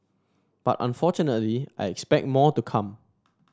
but unfortunately I expect more to come